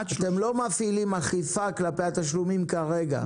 אתם לא מפעילים אכיפה כלפי התשלומים כרגע.